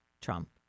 Trump